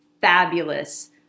fabulous